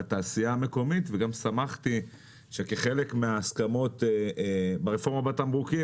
לתעשייה המקומית וגם שמחתי שכחלק מההסכמות ברפורמה בתמרוקים,